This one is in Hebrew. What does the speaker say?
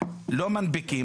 לא מנפיקים,